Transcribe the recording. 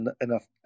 enough